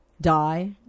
die